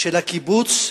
של הקיבוץ,